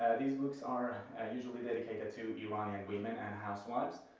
these books are and usually dedicated to iranian women and housewives,